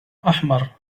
أحمر